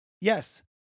Yes